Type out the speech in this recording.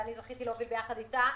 ואני זכיתי להוביל ביחד איתה,